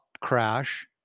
crash